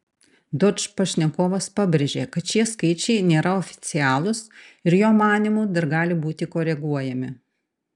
dožd pašnekovas pabrėžė kad šie skaičiai nėra oficialūs ir jo manymu dar gali būti koreguojami